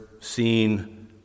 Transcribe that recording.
seen